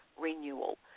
Renewal